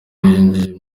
yinjiye